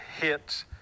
hits